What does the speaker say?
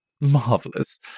Marvelous